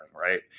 right